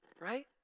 right